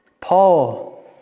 paul